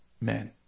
men